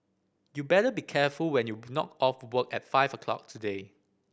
you better be careful when you knock off work at five o'clock today